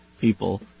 people